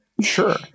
Sure